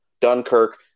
Dunkirk